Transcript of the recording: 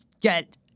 get—